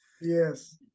yes